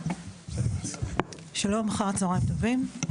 שלום אחר הצהריים טובים,